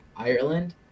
ireland